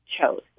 chose